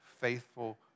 faithful